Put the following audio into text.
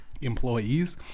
employees